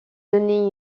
donner